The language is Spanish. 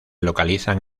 localizan